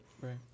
Right